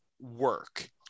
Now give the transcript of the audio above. work